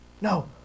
No